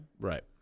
Right